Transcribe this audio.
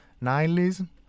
nihilism